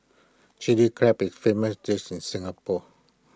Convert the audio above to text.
Chilli Crab is famous dish in Singapore